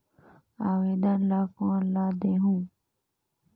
आवेदन ला कोन ला देहुं?